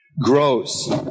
grows